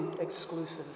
exclusive